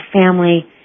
family